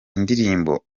indirimbo